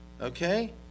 Okay